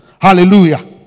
Hallelujah